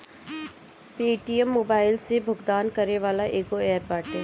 Paytm mobile से भुगतान करे वाला एगो एप्प बाटे